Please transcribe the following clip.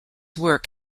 work